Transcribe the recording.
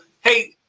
hey